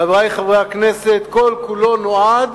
חברי חברי הכנסת, כל-כולו נועד